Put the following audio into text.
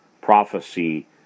prophecy